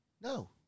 No